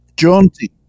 Jaunty